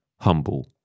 humble